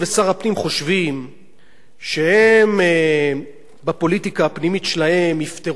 שהם בפוליטיקה הפנימית שלהם יפתרו את הבעיות של המגזר שלהם,